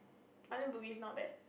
I think Bugis is not bad